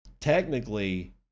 technically